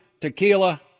tequila